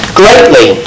greatly